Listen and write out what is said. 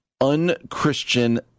unchristian